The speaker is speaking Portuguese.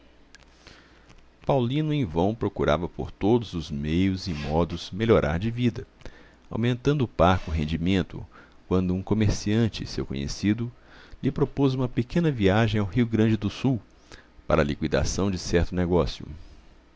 paulino em vão procurava por todos os meios e modos melhorar de vida aumentando o parco rendimento quando um comerciante seu conhecido lhe propôs uma pequena viagem ao rio grande do sul para a liquidação de certo negócio